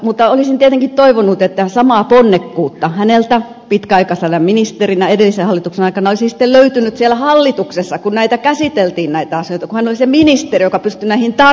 mutta olisin tietenkin toivonut että samaa ponnekkuutta häneltä pitkäaikaisena ministerinä edellisen hallituksen aikana olisi sitten löytynyt siellä hallituksessa kun käsiteltiin näitä asioita kun hän oli se ministeri joka pystyi näihin tarttumaan